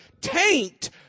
taint